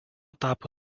tapo